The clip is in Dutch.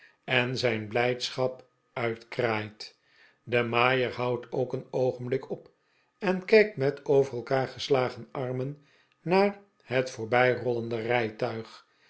en zijn blijdschap uitkraait de maaier houdt ook een oogenblik op en kijkt met over elkaar geslagen armen naar het voorbijrollende rijtuig